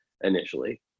initially